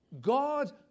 God